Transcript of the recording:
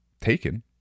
taken